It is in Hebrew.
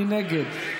מי נגד?